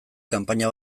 kanpaina